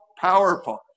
powerful